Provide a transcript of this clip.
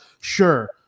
Sure